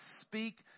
speak